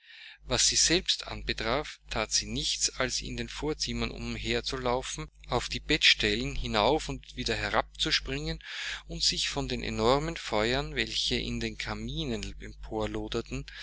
was sie selbst anbetraf that sie nichts als in den vorderzimmern umherzulaufen auf die bettstellen hinauf und wieder herab zu springen und sich vor den enormen feuern welche in den kaminen